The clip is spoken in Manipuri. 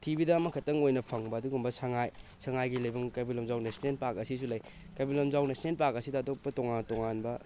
ꯄ꯭ꯔꯤꯊꯤꯕꯤꯗ ꯑꯃ ꯈꯛꯇꯪ ꯑꯣꯏꯅ ꯐꯪꯕ ꯑꯗꯨꯒꯨꯝꯕ ꯁꯉꯥꯏ ꯁꯉꯥꯏꯒꯤ ꯂꯩꯐꯝ ꯀꯩꯕꯨꯜ ꯂꯝꯖꯥꯎ ꯅꯦꯜꯅꯦꯜ ꯄꯥꯔꯛ ꯑꯁꯤꯁꯨ ꯂꯩ ꯀꯩꯕꯨꯜ ꯂꯝꯖꯥꯎ ꯅꯦꯁꯅꯦꯜ ꯄꯥꯔꯛ ꯑꯁꯤꯗ ꯑꯇꯣꯞꯄ ꯇꯣꯉꯥꯟ ꯇꯣꯉꯥꯟꯕ